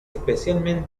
especialmente